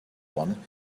one